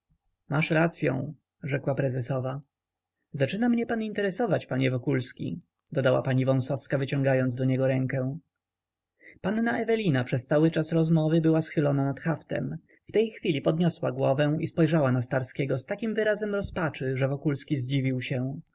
masz racyą rzekła prezesowa zaczyna mnie pan interesować panie wokulski dodała pani wąsowska wyciągając do niego rękę panna ewelina przez cały czas rozmowy była schylona nad haftem w tej chwili podniosła głowę i spojrzała na starskiego z takim wyrazem rozpaczy że wokulski zdziwił się